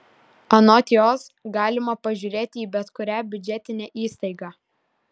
anot jos galima pažiūrėti į bet kurią biudžetinę įstaigą